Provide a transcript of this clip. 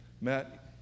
Matt